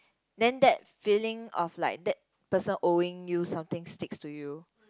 then that feeling of like that person owing you something sticks to you